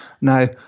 Now